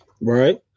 Right